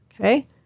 Okay